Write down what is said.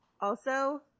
also-